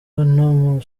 nta